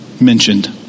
mentioned